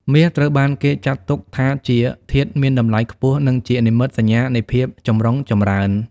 មាសត្រូវបានគេចាត់ទុកថាជាធាតុមានតម្លៃខ្ពស់ និងជានិមិត្តសញ្ញានៃភាពចម្រុងចម្រើន។